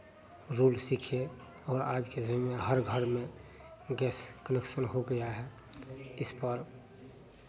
rule सीखे और आज के समय में हर घर में गैस कनेक्शन हो गया है इस पर